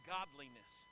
Godliness